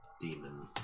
demon